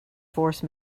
force